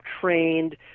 trained